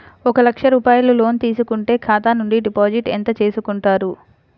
ఒక లక్ష రూపాయలు లోన్ తీసుకుంటే ఖాతా నుండి డిపాజిట్ ఎంత చేసుకుంటారు?